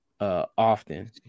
often